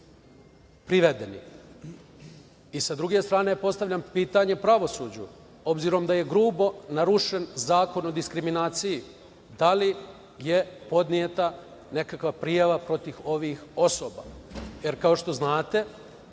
druge strane, postavljam pitanje pravosuđu, obzirom da je grubo narušen Zakon o diskriminaciji, da li je podneta nekakva prijava protiv ovih osoba? Kao što znate,